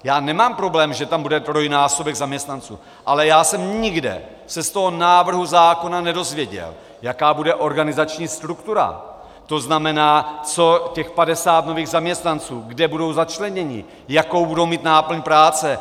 Já nemám problém, že tam bude trojnásobek zaměstnanců, ale já jsem se nikde z toho návrhu zákona nedověděl, jaká bude organizační struktura, to znamená, co těch 50 nových zaměstnanců, kde budou začleněni, jakou budou mít náplň práce.